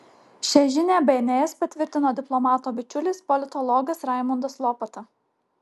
šią žinią bns patvirtino diplomato bičiulis politologas raimundas lopata